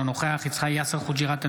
אינו נוכח יאסר חוג'יראת,